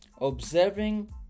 observing